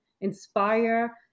inspire